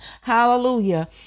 Hallelujah